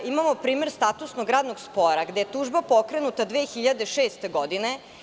Imamo primer statusnog radnog spora, gde je tužba pokrenuta 2006. godine.